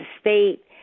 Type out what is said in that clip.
state